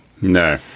No